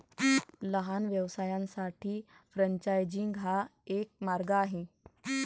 लहान व्यवसायांसाठी फ्रेंचायझिंग हा एक मार्ग आहे